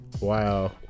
Wow